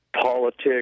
politics